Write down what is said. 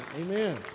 Amen